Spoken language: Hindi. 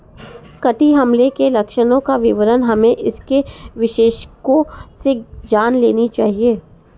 कीट हमले के लक्षणों का विवरण हमें इसके विशेषज्ञों से जान लेनी चाहिए